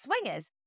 Swingers